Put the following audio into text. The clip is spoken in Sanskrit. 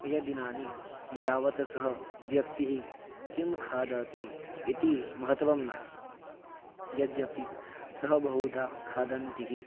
प्रियदिनानि यावत् सः व्यक्तिः किं खादति इति महत्वं नास्ति यद्यपि सः बहुधा खादन्ति